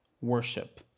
worship